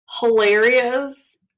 hilarious